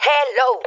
Hello